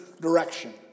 direction